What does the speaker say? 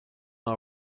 our